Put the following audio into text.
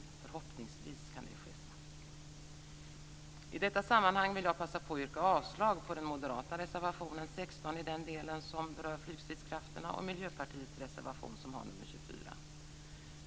Förhoppningsvis kan det ske snabbt. I detta sammanhang vill jag passa på att yrka avslag på den moderata reservationen 16 i den del som rör flygstridskrafterna och Miljöpartiets reservation 24.